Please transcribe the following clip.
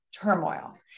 turmoil